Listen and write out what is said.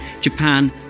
Japan